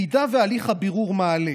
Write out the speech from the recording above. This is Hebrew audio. אם הליך הבירור מעלה